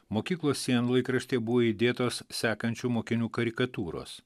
mokyklos sienlaikraštyje buvo įdėtos sekančių mokinių karikatūros